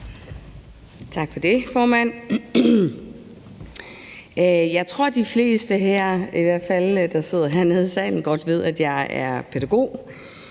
Tak for det, formand. Jeg tror, at de fleste her, i hvert fald dem, der sidder hernede i salen, godt ved, at jeg er pædagog.